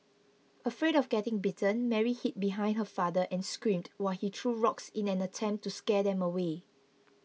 afraid of getting bitten Mary hid behind her father and screamed while he threw rocks in an attempt to scare them away